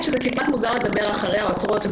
כמעט מוזר לדבר אחרי העותרות,